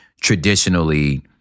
traditionally